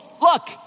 look